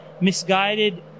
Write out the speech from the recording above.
misguided